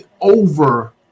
over